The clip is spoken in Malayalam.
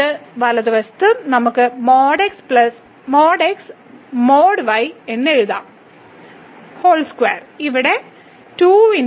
ഇത് വലതുവശത്ത് നമുക്ക് | x || y | എന്ന് എഴുതാം മുഴുവൻ സ്ക്വയർ ഇടത് വശവും ആണ്